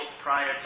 prior